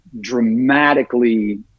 dramatically